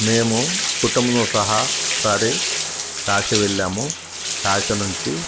మేము కుటుంబం సహ ఒకసారి కాశీ వెళ్ళాము కాశీ నుంచి